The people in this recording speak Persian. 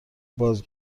باز